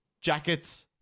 jackets